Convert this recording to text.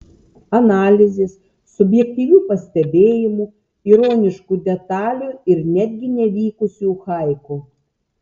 analizės subjektyvių pastebėjimų ironiškų detalių ir netgi nevykusių haiku